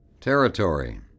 Territory